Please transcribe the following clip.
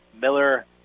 Miller